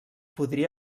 podria